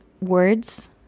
words